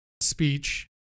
speech